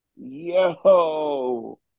Yo